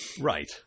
Right